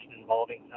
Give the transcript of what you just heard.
involving